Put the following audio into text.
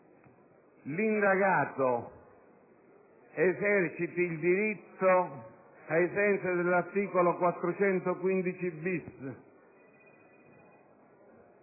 l'indagato eserciti il diritto ai sensi dell'articolo 415-*bis*